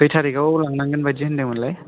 खै थारिगआव लांनांगोन बायदि होन्दोंमोनलाय